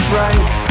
right